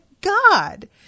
God